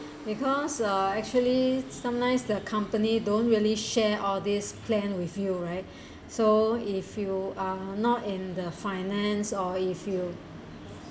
because uh actually sometimes their company don't really share all these plan with you right so if you are not in the finance or if you